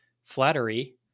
flattery